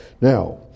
Now